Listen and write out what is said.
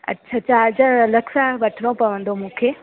अच्छा चार्जर अलॻि सां वठिणो पवंदो मूंखे